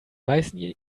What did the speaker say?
meisten